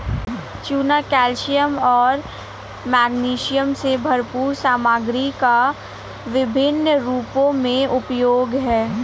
चूना कैल्शियम और मैग्नीशियम से भरपूर सामग्री का विभिन्न रूपों में उपयोग है